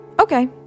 okay